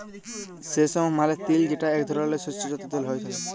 সেসম মালে তিল যেটা এক ধরলের শস্য যাতে তেল হ্যয়ে